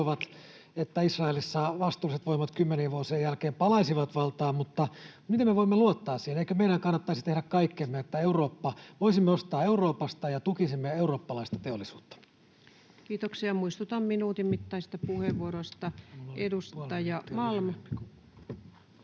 että Israelissa vastuulliset voimat kymmenien vuosien jälkeen palaisivat valtaan, mutta miten me voimme luottaa siihen? Eikö meidän kannattaisi tehdä kaikkemme, että voisimme ostaa Euroopasta ja tukisimme eurooppalaista teollisuutta? [Speech 302] Speaker: Ensimmäinen varapuhemies Paula Risikko